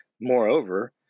moreover